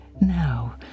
Now